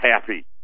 happy